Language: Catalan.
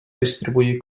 distribuir